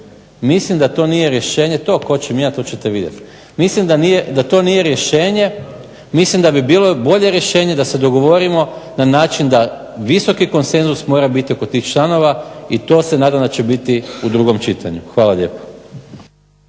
mislim da to nije rješenje. To tko će mijenjati to ćete vidjeti. Mislim da to nije rješenje. Mislim da bi bilo bolje rješenje da se dogovorimo na način da visoki konsenzus mora biti oko tih članova i to se nadam da će biti u drugom čitanju. Hvala lijepa.